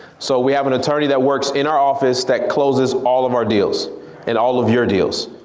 so we have an attorney that works in our office that closes all of our deals and all of your deals.